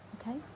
Okay